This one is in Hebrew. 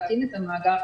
להקים את המאגר.